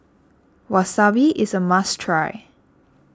Wasabi is a must try